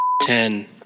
Ten